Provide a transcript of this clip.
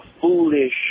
foolish